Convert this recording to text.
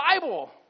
Bible